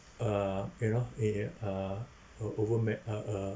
uh you know in a uh o~ over met uh uh